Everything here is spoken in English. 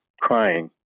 crying